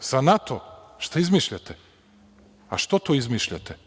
Sa NATO-om? Šta izmišljate? Što to izmišljate?